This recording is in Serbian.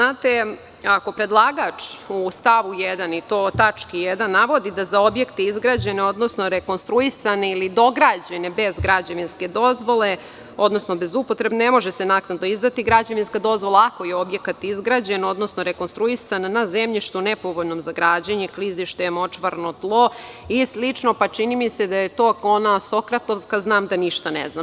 Ako predlagač u stavu 1. tački 1. navodi da za objekte izgrađene, odnosno rekonstruisane i dograđene bez građevinske dozvole, odnosno bez upotrebne, ne može se naknadno izdati gr5ađevinska dozvola ako je objekat izgrađen, odnosno rekonstruisan na zemljištu nepovoljnom za građenje, klizištu, močvarnom tlu i slično, pa čini mi se da je to kao ona Sokratova – znam da ništa ne znam.